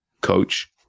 coach